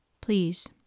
Please